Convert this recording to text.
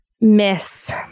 miss